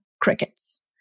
crickets